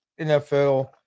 NFL